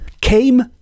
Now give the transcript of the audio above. came